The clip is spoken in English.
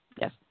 Yes